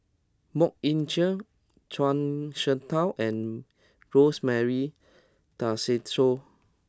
Mok Ying Jang Zhuang Shengtao and Rosemary Tessensohn